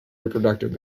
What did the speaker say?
reproductive